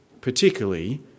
particularly